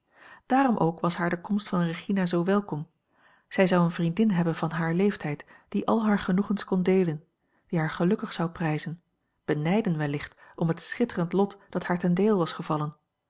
daarom ook was haar de komst van regina zoo welkom zij zou eene vriendin hebben van haar leeftijd die al hare genoegens kon deelen die haar gelukkig zou prijzen benijden wellicht om het schitterend lot dat haar ten deel was gevallen